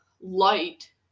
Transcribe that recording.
light